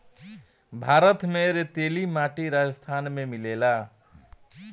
भारत में रेतीली माटी राजस्थान में मिलेला